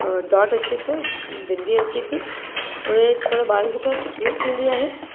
dot अचे थो बिंदी अचे थी उहे थोरो ॿारनि खे थोरो तकलीफ़ु थींदी आहे